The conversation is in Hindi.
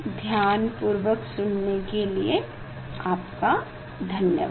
ध्यानपूर्वक सुनने के लिए आपका धन्यवाद